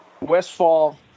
Westfall